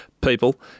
people